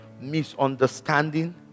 misunderstanding